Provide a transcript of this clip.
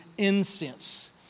Incense